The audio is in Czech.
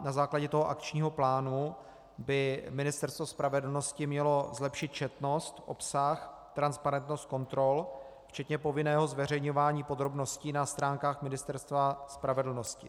Na základě toho akčního plánu by Ministerstvo spravedlnosti mělo zlepšit četnost, obsah a transparentnost kontrol včetně povinného zveřejňování podrobností na stránkách Ministerstva spravedlnosti.